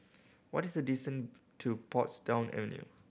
what is the to Portsdown Avenue